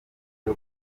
byo